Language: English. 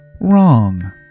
wrong